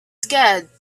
scared